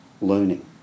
learning